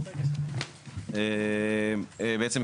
בעצם,